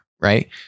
right